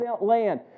land